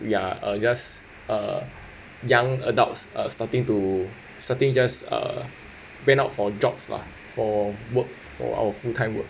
ya uh just uh young adults uh starting to starting just uh went out for jobs lah for work for our full time work